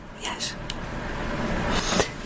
Yes